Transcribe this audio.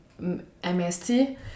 MST